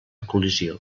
col·lisió